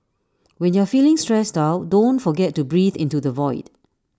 when you are feeling stressed out don't forget to breathe into the void